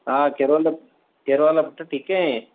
हा कहिड़ो हालु आहे कहिड़ो हालु आहे पुटु ठीकु आहीं